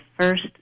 first